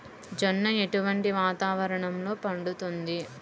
జొన్న ఎటువంటి వాతావరణంలో పండుతుంది?